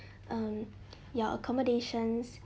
um your accommodations